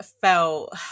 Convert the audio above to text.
felt